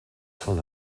van